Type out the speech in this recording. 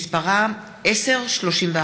מ/1031.